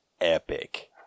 epic